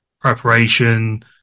preparation